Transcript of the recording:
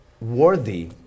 worthy